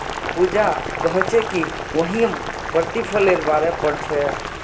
पूजा कोहछे कि वहियं प्रतिफलेर बारे पढ़ छे